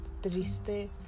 triste